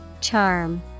Charm